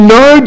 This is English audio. no